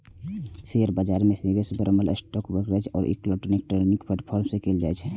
share बाजार मे निवेश बरमहल स्टॉक ब्रोकरेज आ इलेक्ट्रॉनिक ट्रेडिंग प्लेटफॉर्म सं कैल जाइ छै